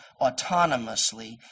autonomously